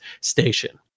station